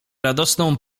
radosną